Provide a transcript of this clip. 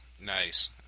Nice